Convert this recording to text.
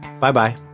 Bye-bye